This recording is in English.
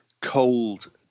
cold